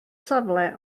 safle